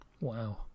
Wow